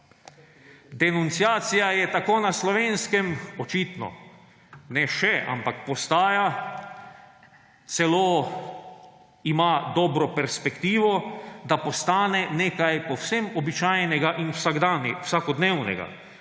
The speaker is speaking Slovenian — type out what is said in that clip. Denunciacija je tako na Slovenskem, očitno, ne še, ampak postaja, celo ima dobro perspektivo, da postane nekaj povsem običajnega in vsakodnevnega;